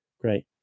great